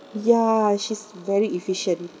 ya she's very efficient